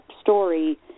story